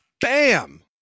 Bam